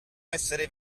essere